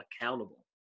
accountable